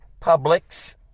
Publix